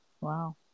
Wow